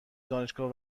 دانشگاه